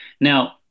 now